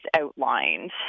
outlined